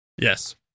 Yes